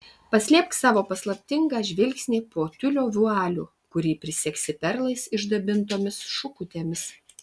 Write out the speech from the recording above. paslėpk savo paslaptingą žvilgsnį po tiulio vualiu kurį prisegsi perlais išdabintomis šukutėmis